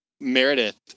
Meredith